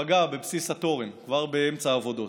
פגע בבסיס התורן כבר באמצע העבודות.